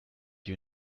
you